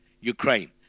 Ukraine